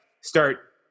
start